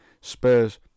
Spurs